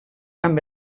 amb